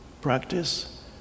Practice